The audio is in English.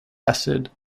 acid